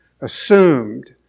assumed